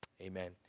Amen